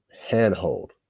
handhold